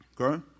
Okay